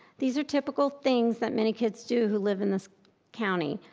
these are typical things that many kids do who live in this county.